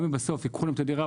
גם אם בסוף ייקחו להם את הדירה,